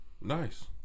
Nice